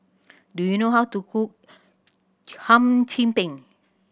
do you know how to cook Hum Chim Peng